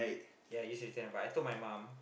ya you should tell but I told my mum